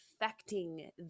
affecting